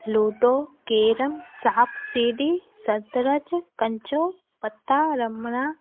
ludo carrom सांप सीढ़ी शतरंज कंचो पता रमणा